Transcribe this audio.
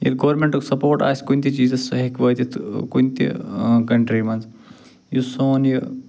ییٚلہِ گورمیٚنٹُک سپورٹ آسہِ کنہِ تہِ چیٖزس سُہ ہیٚکہِ وٲتِتھ ٲں کنہِ تہِ ٲں کنٹرٛی منٛز یُس سون یہِ